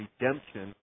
redemption